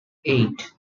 eight